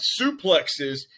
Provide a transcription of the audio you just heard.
suplexes